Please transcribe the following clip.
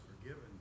forgiven